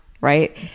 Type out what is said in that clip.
right